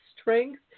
strength